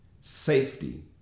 safety